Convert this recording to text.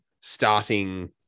starting